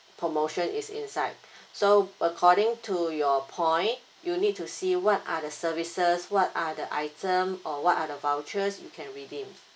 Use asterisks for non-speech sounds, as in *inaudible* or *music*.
promotion is inside *breath* so according to your point you need to see what are the services what are the item or what are the vouchers you can redeem